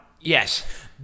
Yes